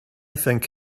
think